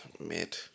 Mid